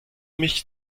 mich